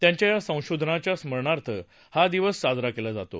त्यांच्या या शोधाच्या स्मरणार्थ हा दिवस साजरा केला जातो